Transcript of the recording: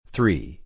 Three